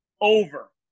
over